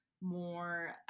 more